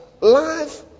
life